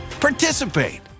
participate